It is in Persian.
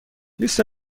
لیست